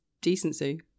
decency